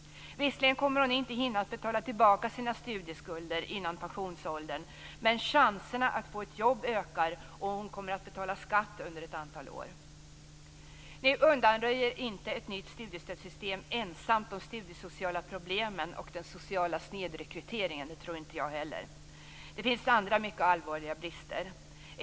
Visserligen kommer hon inte att hinna betala tillbaka sina studieskulder före pensionsåldern, men chanserna att få ett jobb ökar och hon kommer att betala skatt under ett antal år. Nu undanröjer inte ett nytt studiestödssystem ensamt de studiesociala problemen och den sociala snedrekryteringen; det tror inte jag heller. Det finns andra mycket allvarliga brister.